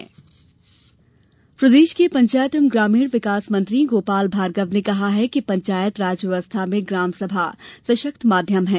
गोपाल भार्गव प्रदेश के पंचायत एवं ग्रामीण विकास मंत्री गोपाल भार्गव ने कहा है कि पंचायत राज व्यवस्था में ग्राम सभा सशक्त माध्यम है